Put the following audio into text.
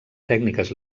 tècniques